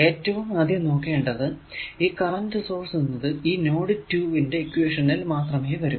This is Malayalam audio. ഏറ്റവും ആദ്യം നോക്കേണ്ടത് ഈ കറന്റ് സോഴ്സ് എന്നത് ഈ നോഡ് 2 ന്റെ ഇക്വേഷനിൽ മാത്രമേ വരൂ